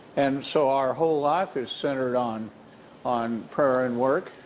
and so our whole life is centered on on prayer and work.